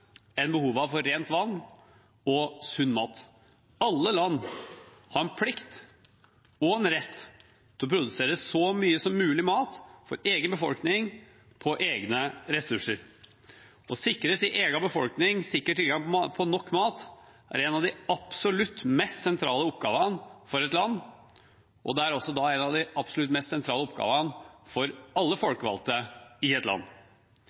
for rent vann og sunn mat. Alle land har en plikt og en rett til å produsere så mye som mulig mat for egen befolkning på egne ressurser. Å sikre sin egen befolkning sikker tilgang på nok mat er en av de absolutt mest sentrale oppgavene for et land, og det er også en av de absolutt mest sentrale oppgavene for alle folkevalgte i et land.